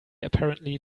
apparently